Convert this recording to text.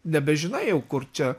nebežinai jau kur čia